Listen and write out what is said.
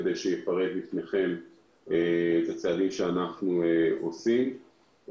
כדי שיפרט בפניכם את הצעדים שאנחנו עושים.